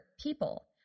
people